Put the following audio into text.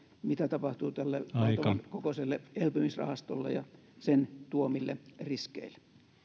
mitä tapahtuu tälle valtavan kokoiselle elpymisrahastolle ja sen tuomille riskeille